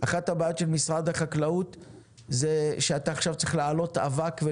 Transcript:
אחת הבעיות של משרד החקלאות היא האבק שנצבר